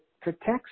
protects